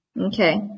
Okay